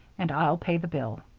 and i'll pay the bill.